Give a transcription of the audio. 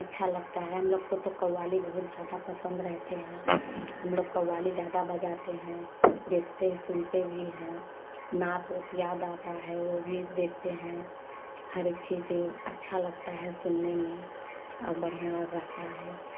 अच्छा लगता है हम लोग को तो कव्वाली बहुत ज़्यादा पसंद रहते हैं हम लोग कव्वाली ज्यादा बजाते हैँ देखते सुनते भी हैं नात उद याद आता है वो भी देखते हैं हरेक चीज़ अच्छा लगता है सुनने में और बढ़िया रहता है